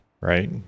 Right